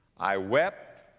i wept,